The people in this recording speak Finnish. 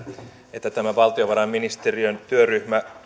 että tämä valtiovarainministeriön työryhmä